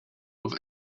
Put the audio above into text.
with